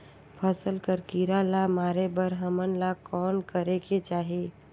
फसल कर कीरा ला मारे बर हमन ला कौन करेके चाही?